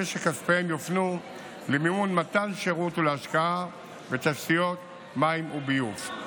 שכספיהם יופנו למימון מתן שירות ולהשקעה בתשתיות מים וביוב.